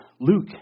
Luke